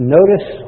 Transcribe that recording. Notice